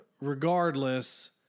Regardless